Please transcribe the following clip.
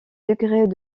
degrés